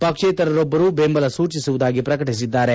ಪಕ್ಷೇತರರೊಬ್ಬರು ಬೆಂಬಲ ಸೂಚಿಸುವುದಾಗಿ ಪ್ರಕಟಿಸಿದ್ದಾರೆ